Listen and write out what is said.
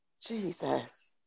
Jesus